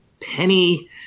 Penny